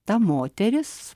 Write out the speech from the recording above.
ta moteris